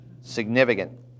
significant